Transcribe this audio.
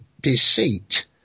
deceit